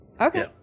Okay